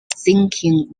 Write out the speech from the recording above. sinking